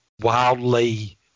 wildly